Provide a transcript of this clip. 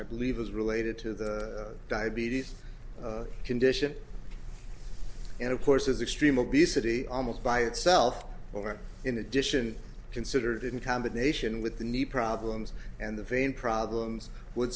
i believe is related to the diabetes condition and of course as extreme obesity almost by itself or in addition considered in combination with the knee problems and the vein problems would